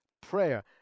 prayer